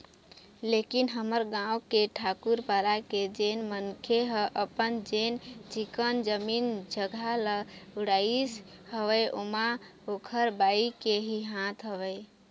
लेकिन हमर गाँव के ठाकूर पारा के जेन मनखे ह अपन जेन चिक्कन जमीन जघा ल उड़ाइस हवय ओमा ओखर बाई के ही हाथ हवय